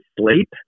sleep